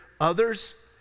others